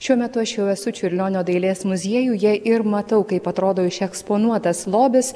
šiuo metu aš jau esu čiurlionio dailės muziejuje ir matau kaip atrodo iš eksponuotas lobis